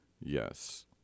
Yes